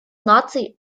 наций